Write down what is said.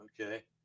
Okay